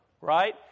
right